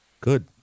Good